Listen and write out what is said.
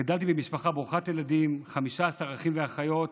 גדלתי במשפחה ברוכת ילדים, 15 אחים ואחיות,